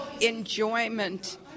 enjoyment